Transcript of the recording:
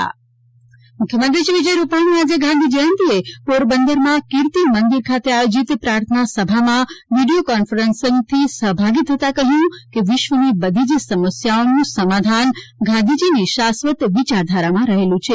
ગાંધી જયંતિ રૂપાણી મુખ્યમંત્રી શ્રી વિજય રૂપાણીએ આજે ગાંધી જયંતિએ પોરબંદરમાં કીર્તિ મંદિરખાતે આયોજિત પ્રાર્થના સભામાં વીડિયો કોન્ફરન્સથી સહભાગી થતા કહ્યું કે વિશ્વની બધી જ સમસ્યાઓનુ સમાધાન ગાંધીજીની શાશ્વત વિચારધારામાં રહેલું છે